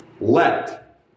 Let